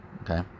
Okay